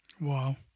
Wow